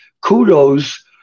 kudos